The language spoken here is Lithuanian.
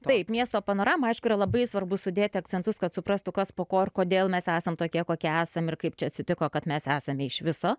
taip miesto panoramoj aišku yra labai svarbu sudėti akcentus kad suprastų kas po ko ir kodėl mes esam tokie kokie esam ir kaip čia atsitiko kad mes esame iš viso